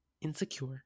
insecure